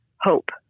hope